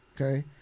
okay